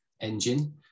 Engine